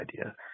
idea